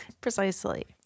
Precisely